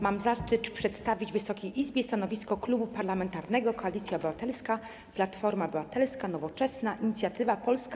Mam zaszczyt przedstawić Wysokiej Izbie stanowisko Klubu Parlamentarnego Koalicja Obywatelska - Platforma Obywatelska, Nowoczesna, Inicjatywa Polska,